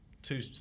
Two